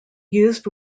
used